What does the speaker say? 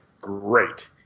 Great